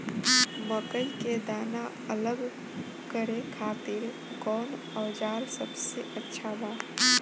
मकई के दाना अलग करे खातिर कौन औज़ार सबसे अच्छा बा?